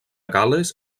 gal·les